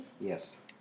yes